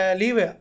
leave